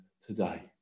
today